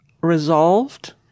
resolved